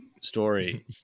story